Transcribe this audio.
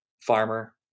farmer